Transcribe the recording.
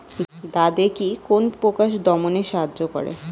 দাদেকি কোন পোকা দমনে সাহায্য করে?